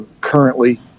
currently